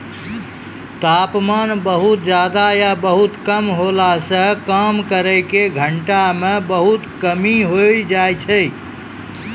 तापमान बहुत ज्यादा या बहुत कम होला सॅ काम करै के घंटा म बहुत कमी होय जाय छै